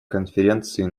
конференции